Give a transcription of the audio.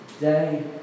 day